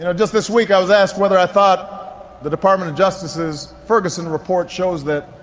you know just this week, i was asked whether i thought the department of justice's ferguson report shows that,